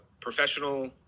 professional